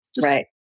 Right